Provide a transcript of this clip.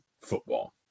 football